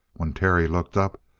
when terry looked up,